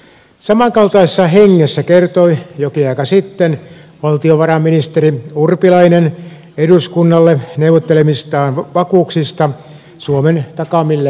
samankaltaisessa hengessä kertoi jokin aika sitten valtiovarainministeri urpilainen eduskunnalle neuvottelemistaan vakuuksista suomen takaamille lainoille